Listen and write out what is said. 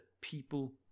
people